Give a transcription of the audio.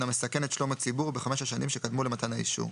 המסכן את שלום הציבור בחמש השנים שקדמו למתן האישור,